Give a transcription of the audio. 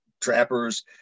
trappers